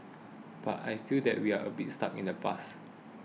but I feel that we are a bit stuck in the past